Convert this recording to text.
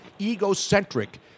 egocentric